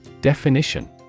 Definition